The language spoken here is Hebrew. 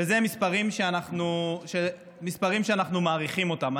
ואלה מספרים שאנחנו מעריכים אותם.